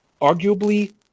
arguably